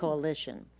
coalition.